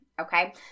okay